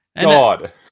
God